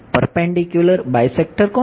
perpendicular bisector કોનું